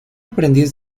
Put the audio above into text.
aprendiz